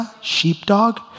sheepdog